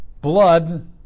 Blood